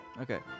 Okay